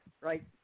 right